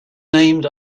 named